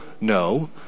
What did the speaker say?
No